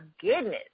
goodness